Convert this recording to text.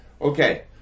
Okay